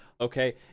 okay